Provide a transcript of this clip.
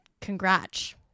congrats